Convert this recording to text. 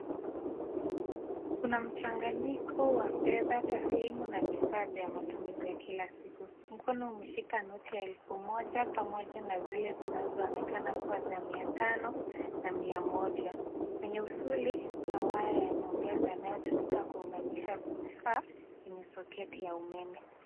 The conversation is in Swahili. Kuna mchanganyiko wa fedha tasilimu na vifaa vya matumizi ya kila siku. Mkono umeshika noti ya elfu moja pamoja na zile zinazoonekana kuwa za mia tano na mia moja. Kwenye usuli kuna waya ya nyongeza inayotumika kuunganisha vifaa kwenye soketi, ya umeme.